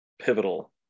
pivotal